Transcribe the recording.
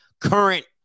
current